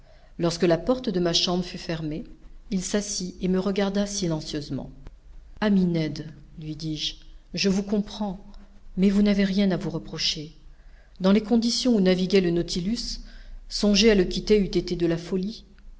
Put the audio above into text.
lorsque la porte de ma chambre fut fermée il s'assit et me regarda silencieusement ami ned lui dis-je je vous comprends mais vous n'avez rien à vous reprocher dans les conditions ou naviguait le nautilus songer à le quitter eût été de la folie